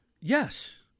Yes